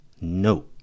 No